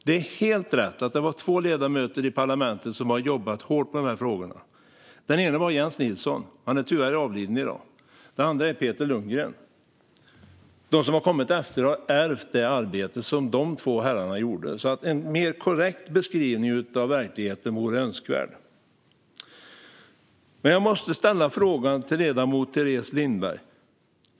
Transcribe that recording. Det är helt rätt att två ledamöter i parlamentet jobbade hårt med dessa frågor. Den ena var Jens Nilsson. Han är tyvärr avliden. Den andre är Peter Lundgren. De som har kommit efteråt har ärvt det arbete som dessa två herrar gjorde. En mer korrekt beskrivning av verkligheten vore önskvärd. Jag måste få ställa en fråga till ledamot Teres Lindberg.